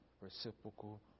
reciprocal